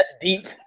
deep